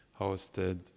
hosted